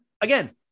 again